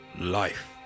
life